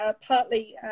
Partly